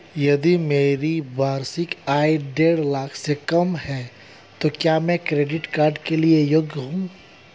यदि मेरी वार्षिक आय देढ़ लाख से कम है तो क्या मैं क्रेडिट कार्ड के लिए योग्य हूँ?